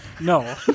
No